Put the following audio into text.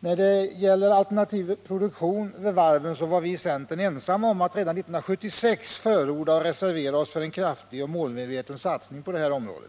När det gäller alternativ produktion vid varven var vi i centern ensamma om att redan 1976 förorda och reservera oss för en kraftig och målmedveten satsning på detta område.